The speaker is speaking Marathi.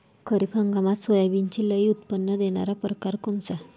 खरीप हंगामात सोयाबीनचे लई उत्पन्न देणारा परकार कोनचा?